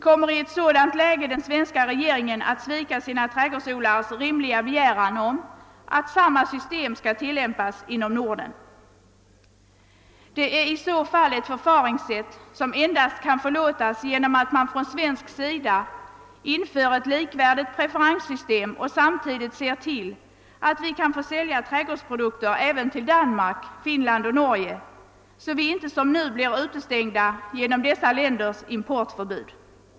Kommer i ett sådant läge den svenska regeringen att svika sina trädgårdsodlares rimliga begäran att samma system skall tillämpas inom Norden? Det är i så fall ett förfaringssätt som endast kan tillåtas om man på svensk sida inför ett likvärdigt preferenssystem och samtidigt ser till att vi kan få sälja trädgårdsprodukter även till Danmark, Finland och Norge, så att vi inte som nu blir utestängda genom dessa länders importförbud.